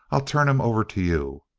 i'll turn him over to you.